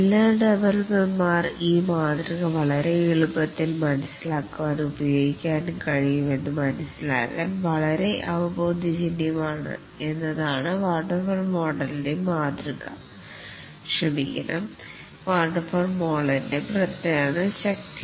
എല്ലാ ഡെവലപ്പർമാർ ഈ മാതൃക വളരെ എളുപ്പത്തിൽ മനസ്സിലാക്കാനും ഉപയോഗിക്കാനും കഴിയും എന്നു മനസ്സിലാക്കാൻ വളരെ അവബോധജന്യമാണ് എന്നതാണ് വാട്ടർഫാൾ മോഡലിൻ്റ പ്രധാന ശക്തി